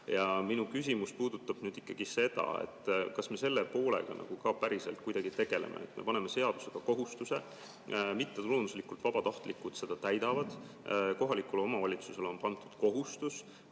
Minu küsimus puudutab ikkagi seda, kas me selle poolega nagu päriselt ka kuidagi tegeleme. Me paneme seadusega kohustuse, mittetulunduslikult vabatahtlikud seda täidavad, kohalikule omavalitsusele on pandud kohustus,